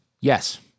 Yes